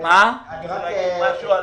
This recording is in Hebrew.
אפשר להגיד משהו על